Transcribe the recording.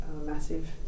massive